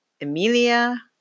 Emilia